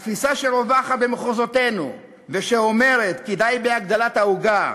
התפיסה שרווחת במחוזותינו ושאומרת כי די בהגדלת העוגה,